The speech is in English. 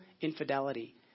infidelity